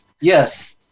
Yes